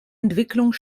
entwicklung